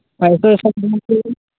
پیسے ویسے کتنے لگ جائیں گے